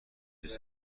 اینجا